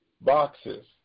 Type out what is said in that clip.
boxes